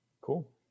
Cool